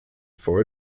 for